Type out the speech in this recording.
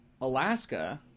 Alaska